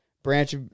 Branch